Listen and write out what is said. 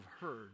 heard